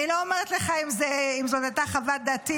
אני לא אומרת לך אם זו הייתה חוות דעתי